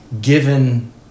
given